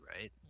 right